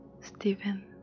Stephen